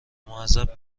معذب